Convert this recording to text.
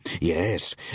Yes